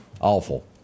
Awful